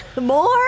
More